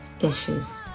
issues